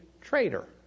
traitor